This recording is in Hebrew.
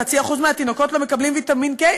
0.5% מהתינוקות לא מקבלים ויטמין K,